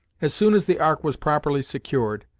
as soon as the ark was properly secured,